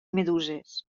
meduses